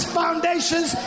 foundations